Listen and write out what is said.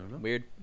Weird